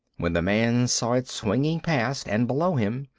when the man saw it swinging past and below him,